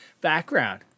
background